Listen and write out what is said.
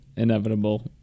inevitable